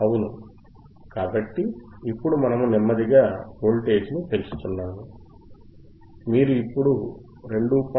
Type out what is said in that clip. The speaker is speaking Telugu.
అవును కాబట్టి ఇప్పుడు మనము నెమ్మదిగా వోల్టేజ్ను పెంచుతున్నాము మీరు ఇప్పుడు 2